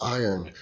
iron